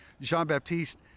Jean-Baptiste